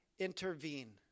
intervene